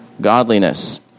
godliness